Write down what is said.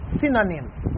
synonyms